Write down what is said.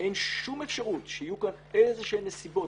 אין שום אפשרות שיהיו כאן איזה שהן נסיבות,